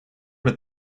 with